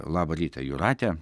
labą rytą jūrate